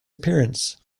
appearance